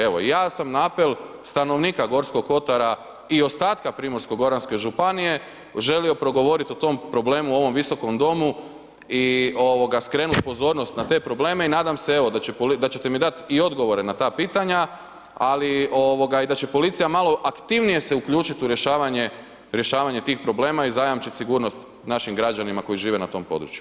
Evo ja sam na apel stanovnika Gorskog kotara i ostatka Primorsko-goranske županije, želio progovoriti o tom problemu u ovom Visokom domu i skrenuti pozornost na te probleme i nadam se evo da ćete mi dat i odgovore na ta pitanja ali i da će policija malo aktivnije se uključiti u rješavanje tih problema i zajamčiti sigurnost našim građanima koji žive na tom području.